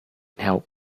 help